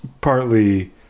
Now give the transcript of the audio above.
partly